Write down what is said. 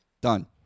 Done